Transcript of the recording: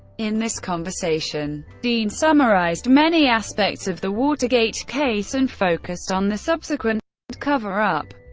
in this conversation, dean summarized many aspects of the watergate case, and focused on the subsequent cover-up,